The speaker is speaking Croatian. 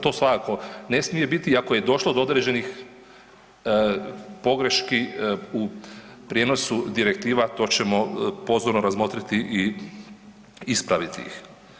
To svakako ne smije biti i ako je došlo do određenih pogreški u prijenosu direktiva to ćemo pozorno razmotriti i ispraviti ih.